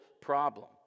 problem